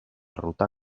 ruta